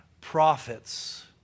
prophets